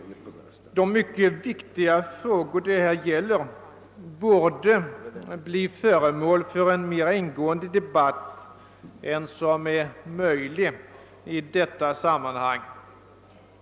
De mycket viktiga frågor det gäller borde bli föremål för en mera ingående debatt än vad som är möjligt i detta sammanhang.